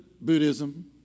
Buddhism